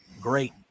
great